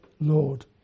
Lord